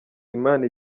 imana